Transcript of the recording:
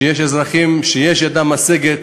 שיש אזרחים שידם משגת